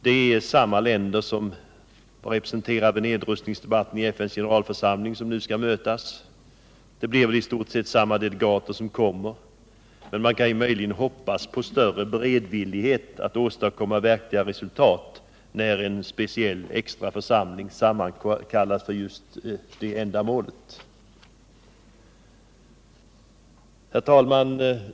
Det är samma länder som var representerade vid nedrustningsdebatten i FN:s generalförsamling som nu skall mötas. Det blir väl i stort sett samma delegater som kommer, men man kan möjligen hoppas på större beredvillighet att åstadkomma verkliga resultat när en extra församling sammankallats för just detta ändamål. Herr talman!